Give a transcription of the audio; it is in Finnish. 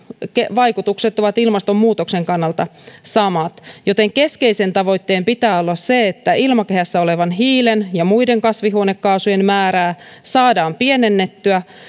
vaikutukset ovat ilmastonmuutoksen kannalta samat joten keskeisen tavoitteen pitää olla se että ilmakehässä olevan hiilen ja muiden kasvihuonekaasujen määrää saadaan pienennettyä